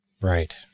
Right